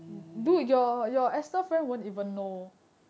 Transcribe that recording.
mm